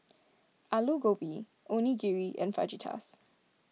Alu Gobi Onigiri and Fajitas